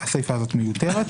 הסיפא הזאת מיותר.